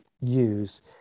use